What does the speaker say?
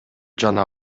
жана